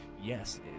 yes